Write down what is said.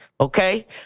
okay